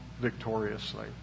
victoriously